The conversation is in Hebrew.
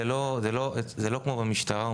זה לא כמו במשטרה.